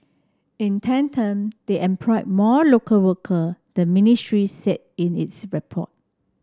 in tandem they employ more local worker the ministry said in its report